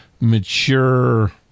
mature